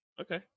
Okay